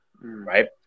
right